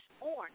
orange